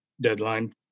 deadline